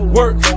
work